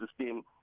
system